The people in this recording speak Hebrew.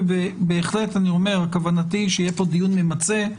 ובהחלט כוונתי שיהיה פה דיון ממצה,